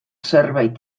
zerbait